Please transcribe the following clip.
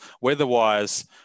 weather-wise